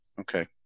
Okay